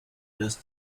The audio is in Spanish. los